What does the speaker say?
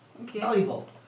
valuable